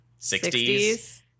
60s